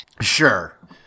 Sure